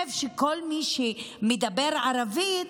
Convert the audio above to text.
שחושב שכל מי שמדבר ערבית